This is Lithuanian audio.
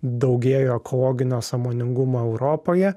daugėjo ekologinio sąmoningumo europoje